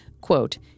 quote